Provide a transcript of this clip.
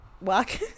Work